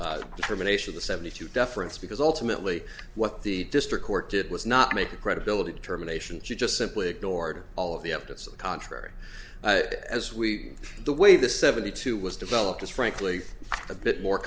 determination the seventy two deference because ultimately what the district court did was not make a credibility determination she just simply ignored all of the evidence contrary as we the way the seventy two was developed is frankly a bit more